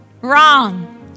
Wrong